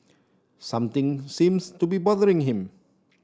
something seems to be bothering him